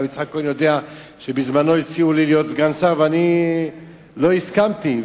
הרב יצחק כהן יודע שבזמנו הציעו לי להיות סגן שר ואני לא הסכמתי,